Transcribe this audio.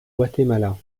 guatemala